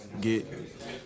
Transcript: get